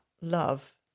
love